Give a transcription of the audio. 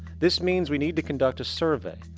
this means we need to conduct a survey.